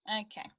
Okay